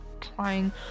trying